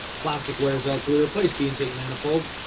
plastic wears out. so we replaced the intake manifold,